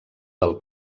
del